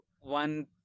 one